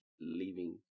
leaving